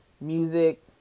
Music